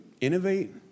innovate